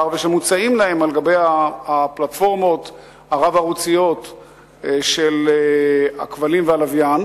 ומוצעים להם על גבי הפלטפורמות הרב-ערוציות של הכבלים והלוויין,